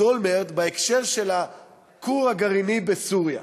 אולמרט בהקשר של הכור הגרעיני בסוריה.